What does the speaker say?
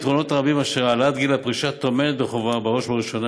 אדוני היושב-ראש,